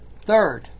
Third